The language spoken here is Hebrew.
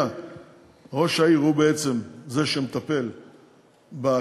שראש העיר הוא בעצם זה שמטפל בשיטור